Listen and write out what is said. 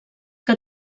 que